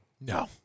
No